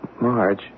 Marge